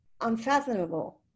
unfathomable